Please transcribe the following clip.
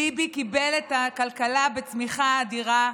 ביבי קיבל את הכלכלה בצמיחה אדירה,